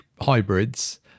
hybrids